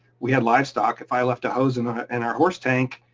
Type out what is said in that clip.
we had livestock, if i left a hose in ah and our horse tank,